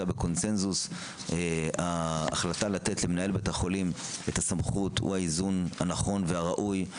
בקונצנזוס ההחלטה לתת למנהל בית החולים את הסמכות היא האיזון הנכון והראוי.